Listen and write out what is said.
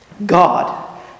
God